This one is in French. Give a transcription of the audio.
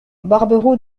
barberou